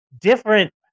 different